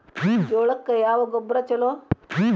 ಜೋಳಕ್ಕ ಯಾವ ಗೊಬ್ಬರ ಛಲೋ?